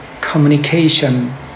communication